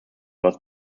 was